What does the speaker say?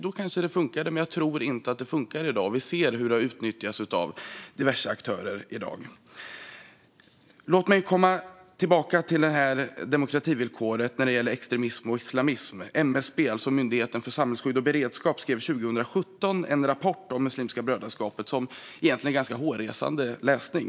Då kanske det funkade, men jag tror inte att det funkar i dag. Vi ser ju hur det har utnyttjats av diverse aktörer. Låt mig komma tillbaka till demokrativillkoret när det gäller extremism och islamism. MSB, Myndigheten för samhällsskydd och beredskap, skrev 2017 en rapport om Muslimska brödraskapet, som egentligen är en hårresande läsning.